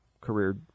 career